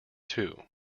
two